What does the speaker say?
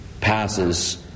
Passes